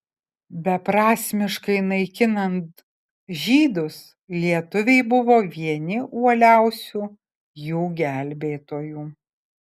beprasmiškai naikinant žydus lietuviai buvo vieni uoliausių jų gelbėtojų